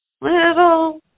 little